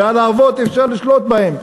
והלהבות אפשר לשלוט בהן,